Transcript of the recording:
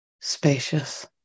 spacious